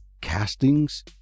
Castings